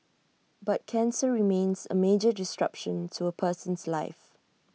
but cancer remains A major disruption to A person's life